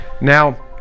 now